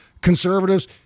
conservatives